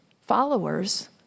followers